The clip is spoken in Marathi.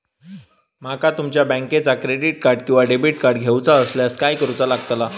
माका तुमच्या बँकेचा क्रेडिट कार्ड किंवा डेबिट कार्ड घेऊचा असल्यास काय करूचा लागताला?